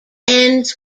ends